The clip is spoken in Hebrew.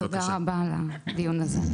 תודה רבה על הדיון הזה.